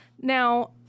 Now